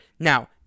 Now